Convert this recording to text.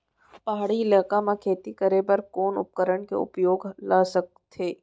पहाड़ी इलाका म खेती करें बर कोन उपकरण के उपयोग ल सकथे?